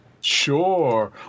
Sure